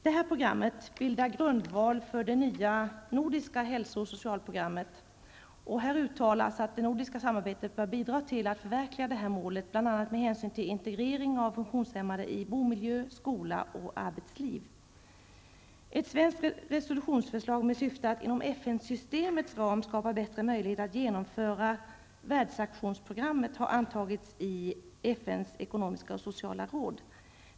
Detta program bildar grundvalen för det nya nordiska hälso och socialprogrammet. Häri uttalas att det nordiska samarbetet bör bidra till att förverkliga detta mål bl.a. med hänsyn till integrering av funktionshämmade i bomiljö, skola och arbetsliv. FN-systemets ram skapa bättre möjligheter att genomföra världsaktionsprogrammet har antagits i FNs ekonomiska och sociala råd.